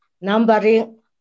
Numbering